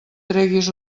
treguis